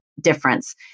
difference